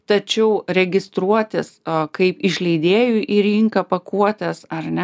tačiau registruotis a kaip išleidėjui į rinką pakuotes ar ne